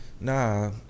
Nah